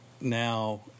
now